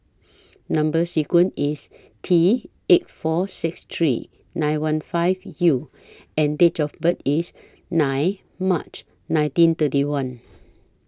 Number sequence IS T eight four six three nine one five U and Date of birth IS nine March nineteen thirty one